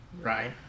Right